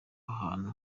ahantu